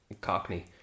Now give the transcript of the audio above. Cockney